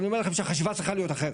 אני אומר לכם שהחשיבה צריכות אחרת,